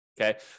Okay